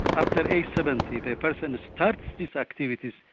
after age seventy the person starts these activities,